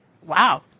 wow